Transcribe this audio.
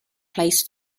place